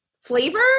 flavor